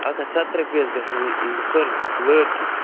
اَکھ ہتتھ ستھ رۄپییہِ حظ گژھان یِم سورُے لٲر کہِ